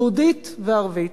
יהודית וערבית.